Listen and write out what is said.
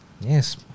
yes